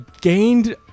gained